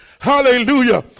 Hallelujah